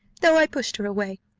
though i pushed her away.